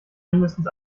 mindestens